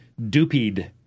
dupied